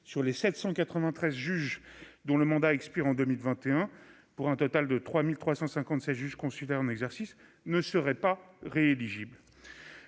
sur les 793 juges dont le mandat expire en 2021, pour un total de 3 357 juges consulaires en exercice, ne seraient pas rééligibles.